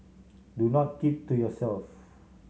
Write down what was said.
do not keep to yourself